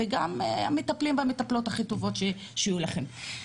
וגם את המטפלים והמטפלות הכי טובות שיהיו לכם.